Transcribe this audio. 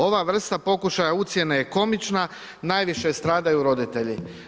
Ova vrsta pokušaja ucjene je komična, najviše stradaju roditelji.